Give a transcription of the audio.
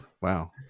Wow